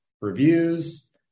reviews